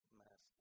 mass